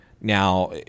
Now